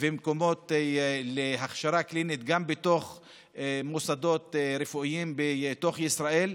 ומקומות להכשרה קלינית גם במוסדות רפואיים בתוך ישראל,